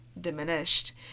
diminished